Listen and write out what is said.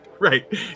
Right